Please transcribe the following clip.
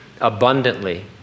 abundantly